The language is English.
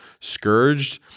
scourged